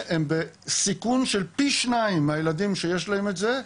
הם בסיכון של פי שניים מהילדים שיש להם את זה,